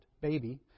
baby